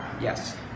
Yes